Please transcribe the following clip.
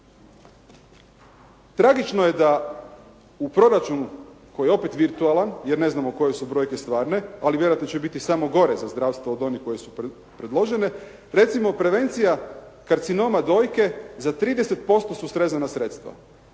Tragično je da u proračunu koji je opet virtualan, jer ne znamo koje su brojke stvarne, ali vjerojatno će biti samo gore za zdravstvo od onih koje su predložene. Recimo prevencija karcinoma dojke za 30% su srezana sredstva.